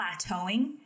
plateauing